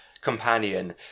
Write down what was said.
companion